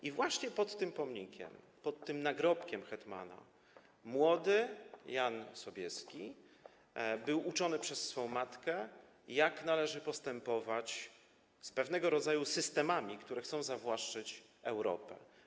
I właśnie pod tym pomnikiem, pod tym nagrobkiem hetmana młody Jan Sobieski był uczony przez swą matkę, jak należy postępować z pewnego rodzaju systemami, które chcą zawłaszczyć Europę.